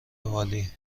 عالی